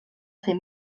fer